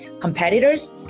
competitors